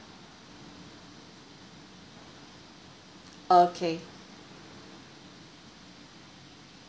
okay